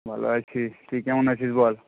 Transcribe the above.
ভালো আছি তুই কেমন আছিস বল